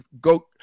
go